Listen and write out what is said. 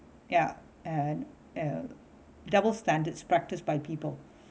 ya and you know double standards practice by people